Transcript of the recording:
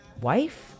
wife